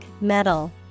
metal